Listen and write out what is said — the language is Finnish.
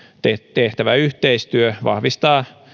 tehtävä yhteistyö vahvistaa